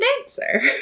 dancer